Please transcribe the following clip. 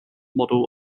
model